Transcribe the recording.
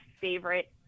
favorite